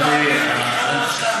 בלקיחת המשכנתה.